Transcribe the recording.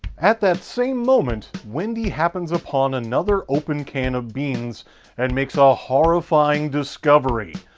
at that same moment, wendy happens upon another open can of beans and makes ah a horrifying discovery.